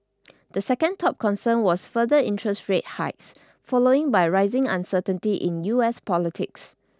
the second top concern was further interest rate hikes following by rising uncertainty in U S politics